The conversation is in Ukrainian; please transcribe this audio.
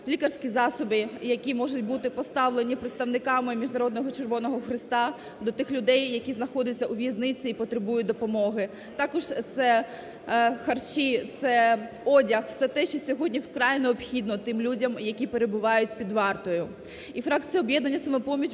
лікарські засоби, які можуть бути поставлені представниками Міжнародного Червоного Хреста до тих людей, як і знаходяться у в'язниці і потребують допомоги, також це харчі, це одяг – все те, що сьогодні вкрай необхідно тим людям, які перебувають під вартою. І фракція "Об'єднання "Самопоміч"